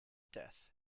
death